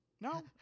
No